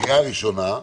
הקריאה הראשונה,